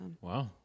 Wow